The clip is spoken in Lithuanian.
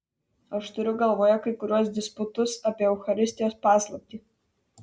aš turiu galvoje kai kuriuos disputus apie eucharistijos paslaptį